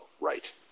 right